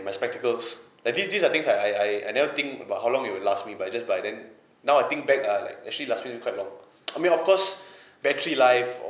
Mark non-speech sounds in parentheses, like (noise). my spectacles like these these are things I I I never think about how long it will last me but it just by then now I think back uh like actually last me quite long (noise) I mean of course battery life